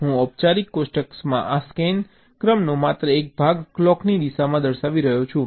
હું ઔપચારિક કોષ્ટકમાં આ સ્કેન ક્રમનો માત્ર એક ભાગ ક્લોકની દિશામાં દર્શાવી રહ્યો છું